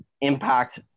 impact